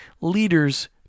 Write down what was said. leaders